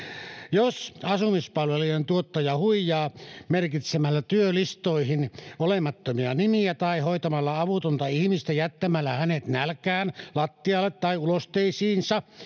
jos asumispalvelujen tuottaja huijaa merkitsemällä työlistoihin olemattomia nimiä tai hoitamalla avutonta ihmistä jättämällä hänet nälkään lattialle tai ulosteisiinsa